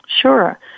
Sure